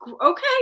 okay